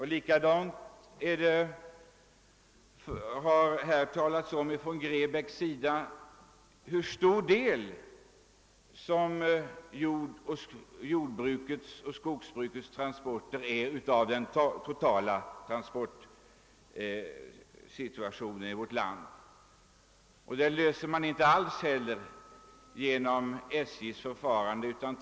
Herr Grebäck har å sin sida talat om hur stor del jordbrukets och skogsbrukets transporter utgör av den totala transportvolymen i landet, men inte heller dessa transporter kan klaras av SJ.